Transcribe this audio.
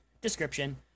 description